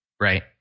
Right